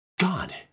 God